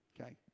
okay